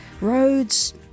roads